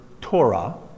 Torah